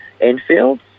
Enfield